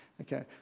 okay